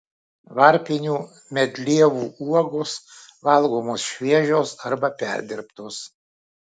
varpinių medlievų uogos valgomos šviežios arba perdirbtos